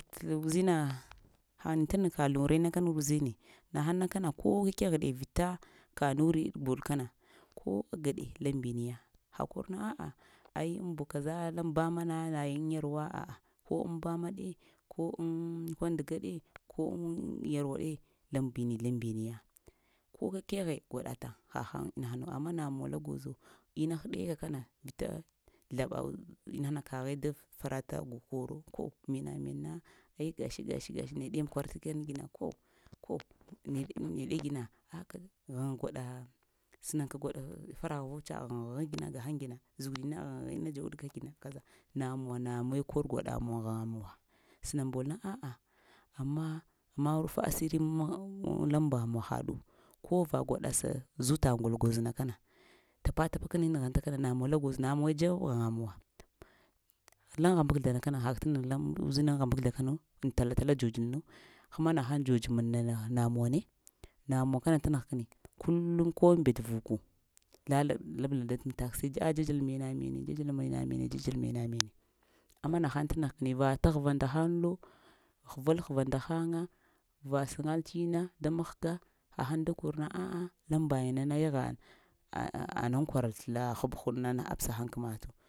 Zlə uzina han tə nəgh kanuraina kana uzini nahəŋna kana ko kakegh ɗe vita kanuri gol kana ko agaɗe laŋbiniya ha korna a'a ai aŋ bog kaza laŋ bama na nayiŋ aŋ yarwa ah ko aŋ bama ɗe ko aŋ konduga ɗe, ko aŋ yarwa ɗe laŋ mbini-laŋmbiniya ko kakeghe gwaɗa taŋ hanahŋ inanu amma namuŋ la gwozo ina həɗeka kana vita zləɓa ina hana kaghe da farata koro ko mena-mena eh gashi-gashi nede kor kana gina ko-ko neɗe-neɗe gina kaka ɗughwan gwaɗa sənaka gwaɗa faraghvu tsa aghŋ aghŋ ina gəŋ gina zugunin na aghŋ ina dzowaɗ gina, namuwa namuwe kor gwaɗamuwa aŋ ghaŋa muwa, sənaŋbol na a'a amma rufa asiri laŋmbamuwa haɗu kova gwaɗa sa zutal gol gwozna kana tapa-tapa kəni nəghŋta kana namuwa la gwoz namuwe dza ghaŋa muwa, laŋ hambakzlana haka tə nəgh uzinaŋ hambakzla kanu tala-tala dzodz-lo həma nəhəŋ dzodz mandawa namuwa ni namuwa tə nəgh kəni kullum ko mbet vuku lala, lablal daŋ mətak sai dza-dzal mena-mene, dzadzal mena mene, dzadzal mena mene, dzadzal mena mene, dza-dzal mena-mene, amma nəhən tə nəgh kəni ba va təghva nda həŋlo, həval-həva ndaghəŋa va saŋal tina da mahga hahəŋ da korna a'a laŋmbayina na yagha anaŋ kwaral la həb huɗna apəsahəŋ aŋ kəma təŋ.